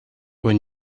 when